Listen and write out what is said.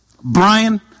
Brian